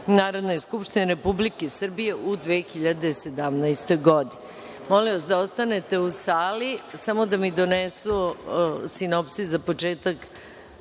Narodne skupštine Republike Srbije u 2017. godini. Molim vas da ostanete u sali, samo da mi donesu sinopsis za početak